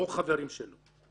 או חברים שלו.